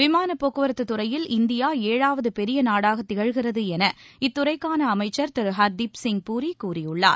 விமானப் போக்குவரத்துத் துறையில் இந்தியா ஏழாவது பெரிய நாடாகத் திகழ்கிறது என இத்துறைக்கான அமைச்சர் திரு ஹர்தீப்சிங் பூரி கூறியுள்ளார்